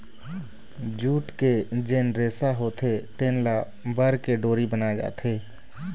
jute के जेन रेसा होथे तेन ल बर के डोरी बनाए जाथे